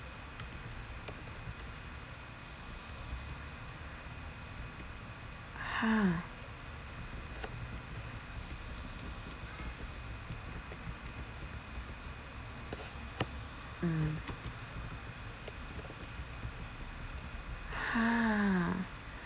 ha mm ha